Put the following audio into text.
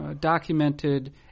documented